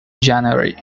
january